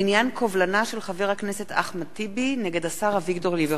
בעניין קובלנה של חבר הכנסת אחמד טיבי נגד השר אביגדור ליברמן.